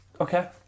okay